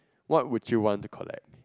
what would you want to collect